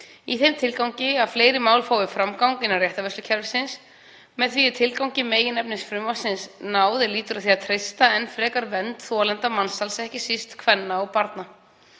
í þeim tilgangi að fleiri mál fái framgang innan réttarvörslukerfisins. Með því er tilgangi meginefnis frumvarpsins náð er lýtur að því að treysta enn frekar vernd þolenda mansals, ekki síst kvenna og barna.